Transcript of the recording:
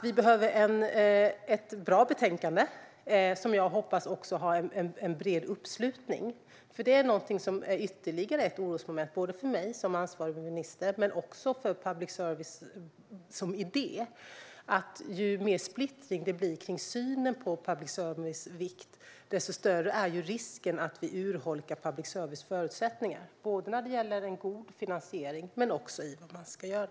Vi behöver alltså ett bra betänkande som jag också hoppas att det kommer att finnas en bred uppslutning bakom. Ytterligare ett orosmoment, för mig som ansvarig minister men också för public service som idé, är att ju mer splittring det blir om synen på public services vikt, desto större är risken att vi urholkar public services förutsättningar. Det gäller god finansiering men också vad man ska göra.